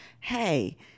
hey